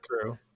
true